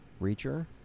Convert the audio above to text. Reacher